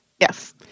Yes